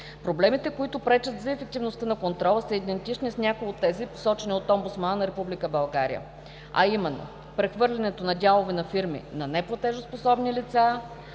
Проблемите, които пречат за ефективността на контрола, са идентични с някои от тези, посочени от омбудсмана на Република България, а именно: 1. Прехвърлянето на дялове на фирми на неплатежоспособни лица.